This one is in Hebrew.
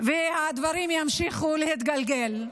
והדברים ימשיכו להתגלגל,